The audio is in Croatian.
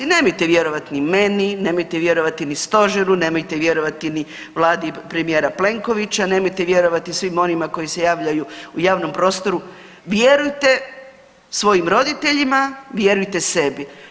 Nemojte vjerovati ni meni, nemojte vjerovati ni stožeru, nemojte vjerovati ni vladi premijera Plenkovića, nemojte vjerovati svim onima koji se javljaju u javnom prostoru, vjerujte svojim roditeljima, vjerujte sebi.